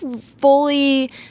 fully